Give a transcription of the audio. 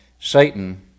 Satan